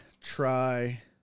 try